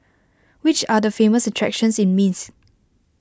which are the famous attractions in Minsk